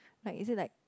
like is it like